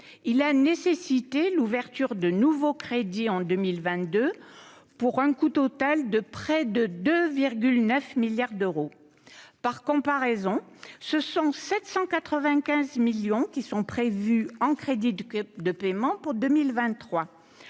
Il a nécessité en 2022 l'ouverture de nouveaux crédits, pour un coût total de près de 2,9 milliards d'euros. En comparaison, 795 millions d'euros sont prévus en crédits de paiement pour 2023.